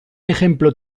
ejemplo